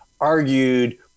argued